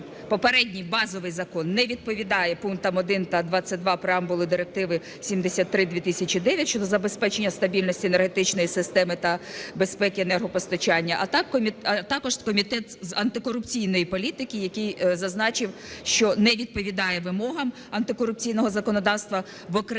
попередній базовий закон не відповідає пунктам 1 та 22 преамбули Директиви 73/2009 щодо забезпечення стабільності енергетичної системи та безпеки енергопостачання, а також Комітет з антикорупційної політики, який зазначив, що не відповідає вимогам антикорупційного законодавства в окремій